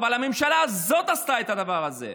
אבל הממשלה הזאת עשתה את הדבר הזה.